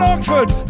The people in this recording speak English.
Oxford